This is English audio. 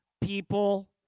people